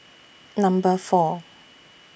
Number four